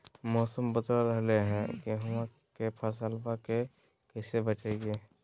मौसम बदल रहलै है गेहूँआ के फसलबा के कैसे बचैये?